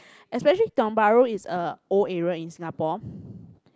especially Tiong-Bahru is a old area in Singapore